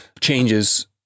changes